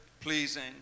pleasing